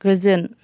गोजोन